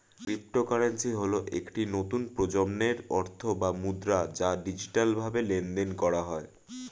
cryptocurrency হল একটি নতুন প্রজন্মের অর্থ বা মুদ্রা যা ডিজিটালভাবে লেনদেন করা হয়